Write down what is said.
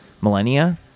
millennia